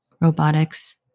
robotics